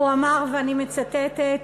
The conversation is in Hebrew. והוא אמר, ואני מצטטת: